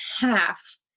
half